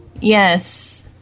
Yes